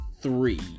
three